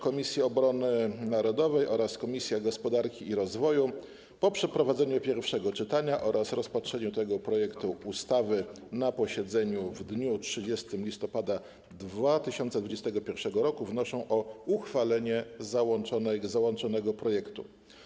Komisja Obrony Narodowej oraz Komisja Gospodarki i Rozwoju po przeprowadzeniu pierwszego czytania oraz rozpatrzeniu tego projektu ustawy na posiedzeniu w dniu 30 listopada 2021 r. wnoszą o uchwalenie załączonego projektu.